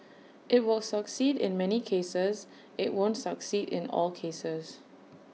IT will succeed in many cases IT won't succeed in all cases